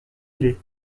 îlets